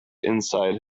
inside